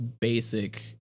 basic